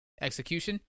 execution